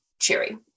cheery